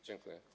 Dziękuję.